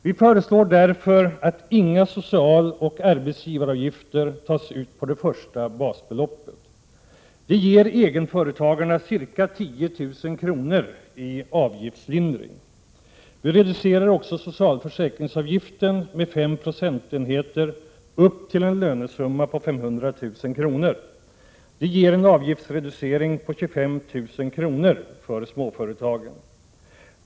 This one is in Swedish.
Vi föreslår därför att inga socialoch arbetsgivaravgifter skall tas ut på det första basbeloppet. Det ger egenföretagarna ca 10 000 kr. i avgiftslindring. Vi reducerar också socialförsäkringsavgiften med 5 procentenheter upp till en lönesumma på 500 000 kr. Det ger en avgiftsreducering på 25 000 kr. för småföretagen.